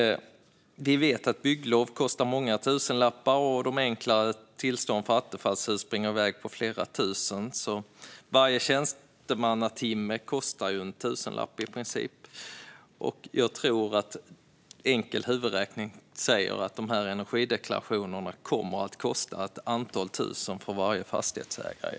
Vi vet att bygglov kostar många tusenlappar, och de enklare tillstånden för attefallshus springer i väg till flera tusen. Varje tjänstemannatimme kostar i princip en tusenlapp, och enkel huvudräkning säger att energideklarationerna kommer att kosta ett antal tusen för varje fastighetsägare.